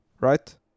right